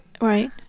Right